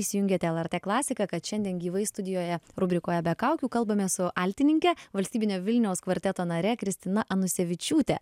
įsijungiate lrt klasiką kad šiandien gyvai studijoje rubrikoje be kaukių kalbamės su altininke valstybinio vilniaus kvarteto nare kristina anusevičiūte